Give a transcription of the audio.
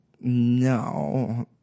No